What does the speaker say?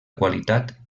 qualitat